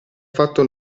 fatto